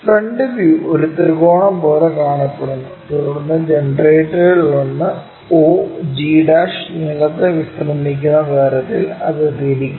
front view ഒരു ത്രികോണം പോലെ കാണപ്പെടുന്നു തുടർന്ന് ജനറേറ്ററുകളിലൊന്ന് og' നിലത്ത് വിശ്രമിക്കുന്ന തരത്തിൽ അത് തിരിക്കുക